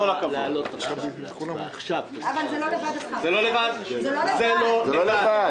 אבל עצירה מוחלטת של כל העברות עלולה לגרום עוול במקום אחר,